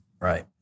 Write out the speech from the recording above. Right